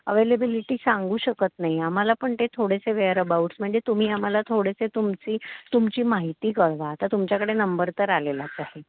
availability सांगू शकत नाही आम्हाला पण ते थोडेसे वेअरअबाऊट्स म्हणजे तुम्ही आम्हाला थोडेसे तुमची तुमची माहिती कळवा आता तुमच्याकडे नंबर तर आलेलाच आहे